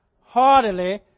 Heartily